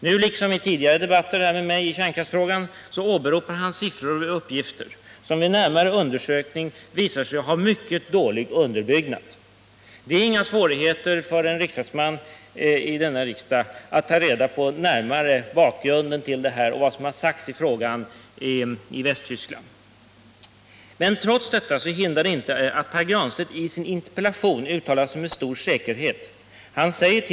Nu, liksom i tidigare debatter med mig i kärnkraftsfrågan, åberopar han siffror och uppgifter som vid närmare undersökning visar sig ha mycket dålig underbyggnad. Det är inga svårigheter för en riksdagsman i denna riksdag att närmare ta reda på bakgrunden och vad som har sagts i frågan i Västtyskland. Men detta hindrar inte Pär Granstedt från att i sin interpellation uttala sig med stor säkerhet. Han säger t.